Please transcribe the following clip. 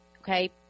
Okay